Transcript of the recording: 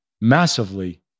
massively